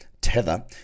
tether